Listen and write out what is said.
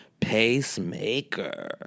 Pacemaker